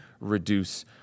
reduce